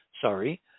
Sorry